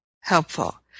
helpful